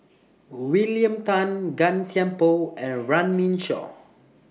William Tan Gan Thiam Poh and Runme Shaw